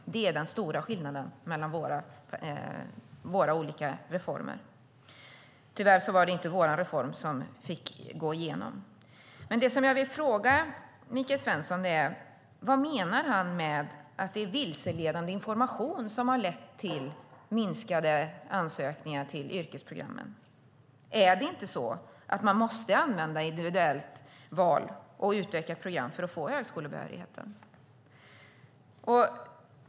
Det är den stora skillnaden mellan våra olika reformer. Tyvärr var det inte vår reform som gick igenom. Det jag vill fråga Michael Svensson är: Vad menar han med att det är vilseledande information som har lett till minskade ansökningar till yrkesprogrammen? Är det inte så att man måste använda individuellt val och utökat program för att få högskolebehörighet?